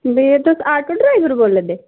भैया तुस auto driver बोल्लै दे